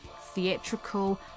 theatrical